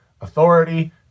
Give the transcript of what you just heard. authority